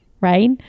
Right